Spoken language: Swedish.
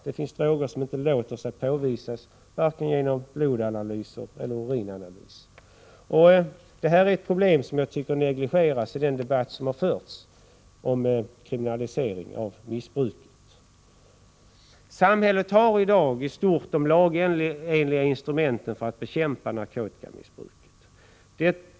Det finns droger som inte låter sig påvisas, varken genom blodanalys eller urinanalys. Jag tycker att detta är ett problem som har negligerats i debatten om kriminalisering av missbruket. Samhället har i dag i stort de lagenliga instrumenten för att bekämpa narkotikamissbruket.